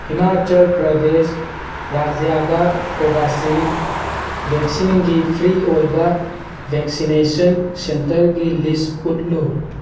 ꯍꯤꯃꯥꯆꯜ ꯄ꯭ꯔꯗꯦꯁ ꯔꯥꯖ꯭ꯌꯥꯗ ꯀꯣꯕꯥꯁꯤꯟ ꯕꯦꯛꯁꯤꯟꯒꯤ ꯐ꯭ꯔꯤ ꯑꯣꯏꯕ ꯕꯦꯛꯁꯤꯅꯦꯁꯟ ꯁꯦꯟꯇꯔꯒꯤ ꯂꯤꯁ ꯎꯠꯂꯨ